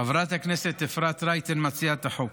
חברת הכנסת אפרת רייטן, מציעת החוק,